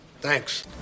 Thanks